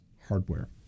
hardware